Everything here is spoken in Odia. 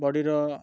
ବଡ଼ିର